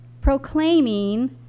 proclaiming